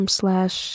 slash